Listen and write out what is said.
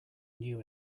knew